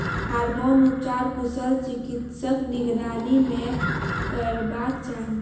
hormone उपचार कुशल चिकित्सकक निगरानी मे करयबाक चाही